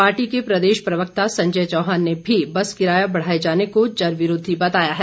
party के प्रदेश प्रवक्ता संजय चौहान ने भी बस किराए बढ़ाने जाने को जनविरोधी बताया है